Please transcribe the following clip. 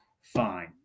Fine